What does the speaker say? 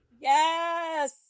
Yes